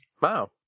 Wow